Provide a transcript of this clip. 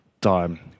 time